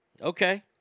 Okay